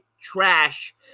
trash